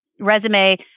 Resume